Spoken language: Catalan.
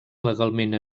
legalment